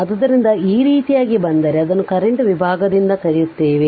ಆದ್ದರಿಂದ ಈ ರೀತಿಯಾಗಿ ಬಂದರೆ ಅದನ್ನು ಕರೆಂಟ್ ವಿಭಾಗದಿಂದ ಕರೆಯುತ್ತೇವೆ